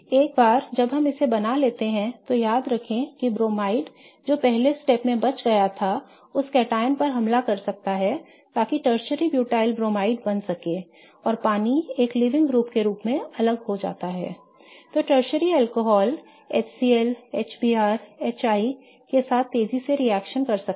एक बार जब हम इसे बना लेते हैं तो याद रखें कि ब्रोमाइड जो पहले चरण में बच गया था उस cation पर हमला कर सकता है ताकि टर्शरी ब्यूटाइल ब्रोमाइड बन सके और पानी एक लीविंग ग्रुप के रूप में अलग हो जाता है I तो tertiary alcohol HCl HBr HI के साथ तेजी से रिएक्शन कर सकते हैं